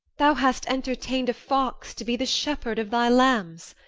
thou hast entertain'd a fox to be the shepherd of thy lambs.